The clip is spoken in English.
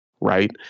right